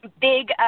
big